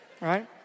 right